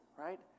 right